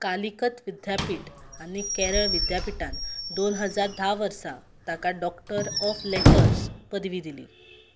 कालिकत विद्यापीठ आनी केरळ विद्यापिठान दोन हजार धा वर्सां ताका डॉक्टर ऑफ लेटर्स पदवी दिली